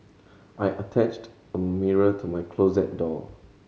I attached a mirror to my closet door